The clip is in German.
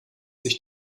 sich